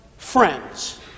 Friends